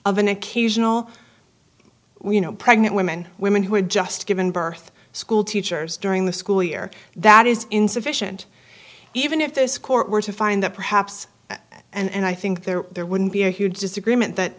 an occasional you know pregnant women women who had just given birth schoolteachers during the school year that is insufficient even if this court were to find that perhaps and i think there there wouldn't be a huge disagreement that